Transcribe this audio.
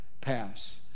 pass